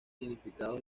significados